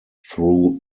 through